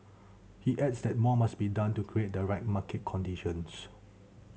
he adds that more must be done to create the right market conditions